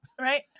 Right